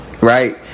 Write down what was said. right